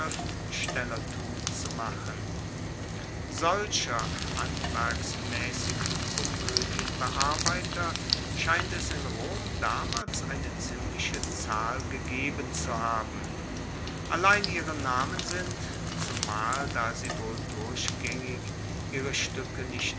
schriftstellertum zu machen solcher handwerksmaessigen komoedienbearbeiter scheint es in rom damals eine ziemliche zahl gegeben zu haben allein ihre namen sind zumal da sie wohl durchgaengig ihre stuecke nicht